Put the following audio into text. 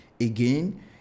Again